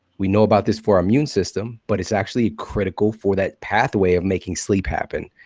we know about this for our immune system, but it's actually critical for that pathway of making sleep happen.